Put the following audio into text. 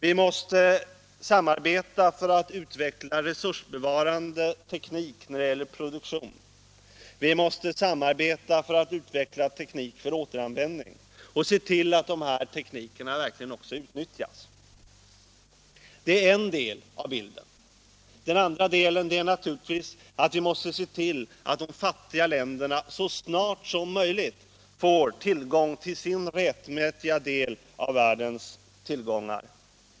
Vi måste samarbeta för att utveckla resursbevarande teknik när det gäller produktion och återanvändning och se till att dessa tekniker verkligen också utnyttjas. Det är en del av bilden. Den andra delen är naturligtvis att vi måste se till att de fattiga länderna så snart ske kan får möjlighet att disponera sin rättmätiga del av världens tillgångar.